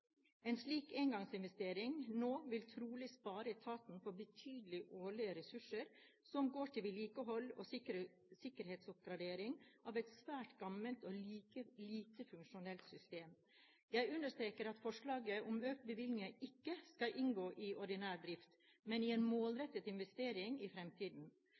En slik engangsinvestering nå vil trolig spare etaten for betydelige årlige ressurser som går til vedlikehold og sikkerhetsoppgradering av et svært gammelt og lite funksjonelt system. Jeg understreker at forslaget om økte bevilgninger ikke skal inngå i ordinær drift, men i en målrettet investering i fremtiden.